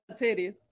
titties